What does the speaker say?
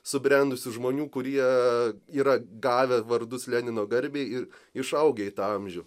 subrendusių žmonių kurie yra gavę vardus lenino garbei ir išaugę į tą amžių